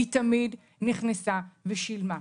היא תמיד נכנסה ושילמה,